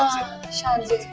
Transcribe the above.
shanzeh.